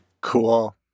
Cool